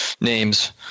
names